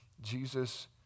Jesus